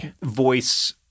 voice